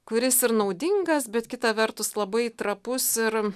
kuris ir naudingas bet kita vertus labai trapus ir